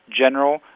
general